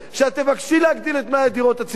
שאת תבקשי להגדיל את מלאי הדיור הציבורי.